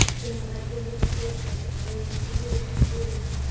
you know like, the navy seals, like the marines, you do this in groups